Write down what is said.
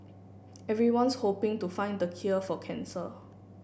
everyone's hoping to find the cure for cancer